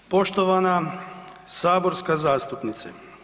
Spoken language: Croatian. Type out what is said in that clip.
Poštovana saborska zastupnice.